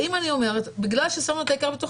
האם אני אומרת שבגלל ששמנו את העיקר בתוך